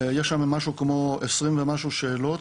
יש 20 ומשהו שאלות.